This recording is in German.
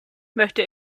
möchte